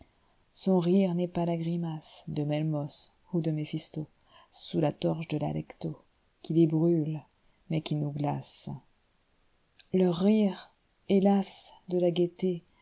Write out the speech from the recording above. son rire n'est pas a grimacede melmoth ou de méphistosous la torche de l'alectoqui les brille mais qui nous glace leur rire hélas de la gaîlén'est